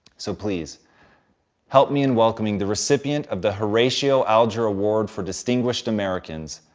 so please help me in welcoming the recipient of the horatio alger award for distinguished americans,